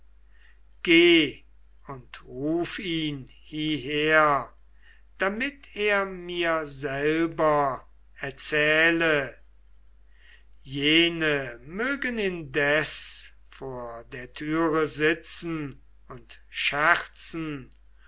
und ruf ihn hieher damit er mir selber erzähle jene mögen indes vor der türe sitzen und scherzen